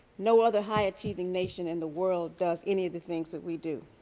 no other high achieving nation in the world does any of the things that we do.